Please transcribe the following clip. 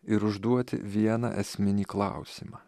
ir užduoti vieną esminį klausimą